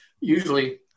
usually